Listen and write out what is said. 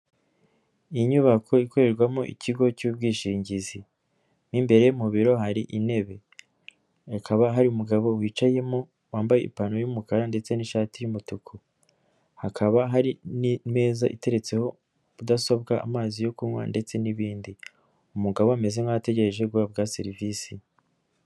Ni inyubako ikorerwamo ikigo cy'ubwishingizi, mu imbere mu biro hari intebe, hakaba hari umugabo wicayemo wambaye ipantaro y'umukara ndetse n'ishati' y'umutuku, hakaba hari n'imeza iteretseho mudasobwa, amazi yo kunywa ndetse n'ibindi, umugabo ameze nkaho ategereje guhabwa serivisi.